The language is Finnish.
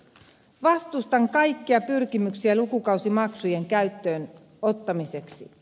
vastustan kaikkia pyrkimyksiä lukukausimaksujen käyttöön ottamiseksi